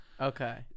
Okay